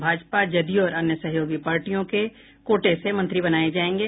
भाजपा जदयू और अन्य सहयोगी पार्टियों के कोटे से मंत्री बनाये जायेंगे